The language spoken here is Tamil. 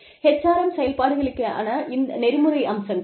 HRM செயல்பாடுகளுக்கான நெறிமுறை அம்சங்கள்